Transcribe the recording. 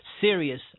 serious